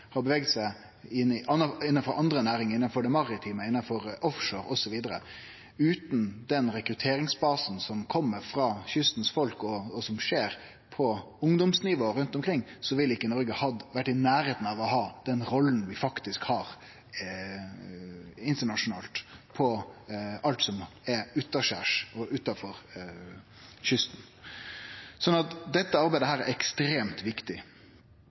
seg innanfor andre næringar innanfor det maritime, innanfor offshore osv. Utan den rekrutteringsbasen som kjem frå kystens folk og som skjer på ungdomsnivå rundt omkring, ville ikkje Noreg ha vore i nærleiken av å ha den rolla vi faktisk har internasjonalt med alt som er utanskjers og utanfor kysten. Dette arbeidet er ekstremt viktig.